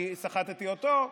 אני סחטתי אותו,